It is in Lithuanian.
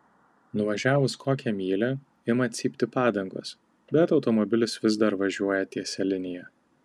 nuvažiavus kokią mylią ima cypti padangos bet automobilis vis dar važiuoja tiesia linija